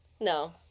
No